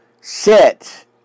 Sit